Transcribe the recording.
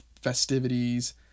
festivities